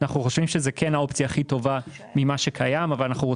אנחנו חושבים שזוהי האופציה הכי טובה מבין מה שקיים,